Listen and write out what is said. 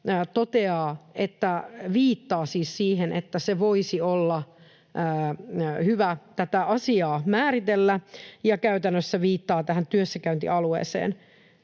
siis siihen, että voisi olla hyvä tätä asiaa määritellä, ja käytännössä viittaa tähän työssäkäyntialueeseen.